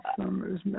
Summer's